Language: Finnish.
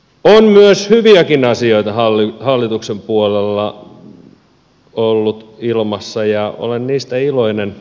on myös hyviäkin asioita hallituksen puolella ollut ilmassa ja olen niistä iloinen